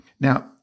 Now